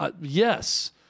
yes